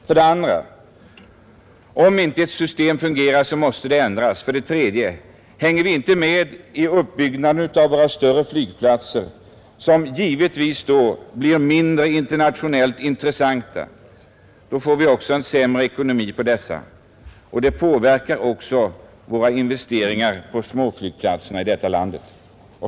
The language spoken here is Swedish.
För det andra: om ett system inte fungerar måste det ändras. För det tredje: hänger vi inte med i uppbyggnaden av våra större flygplatser, som givetvis då blir internationellt mindre intressanta, får vi också sämre ekonomi på dessa, och det påverkar våra investeringar på småflygplatserna.